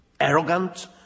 arrogant